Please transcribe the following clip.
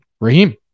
Raheem